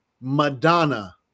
Madonna